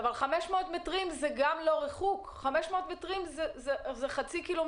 אבל גם 500 מטר זה לא ריחוק,